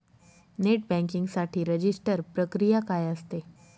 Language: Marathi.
नेट बँकिंग साठी रजिस्टर प्रक्रिया काय असते?